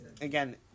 again